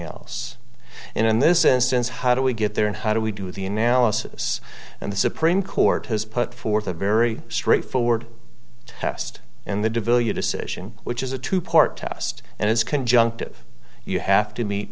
else in this instance how do we get there and how do we do the analysis and the supreme court has put forth a very straightforward test and the devalued decision which is a two part test and it's conjunctive you have to meet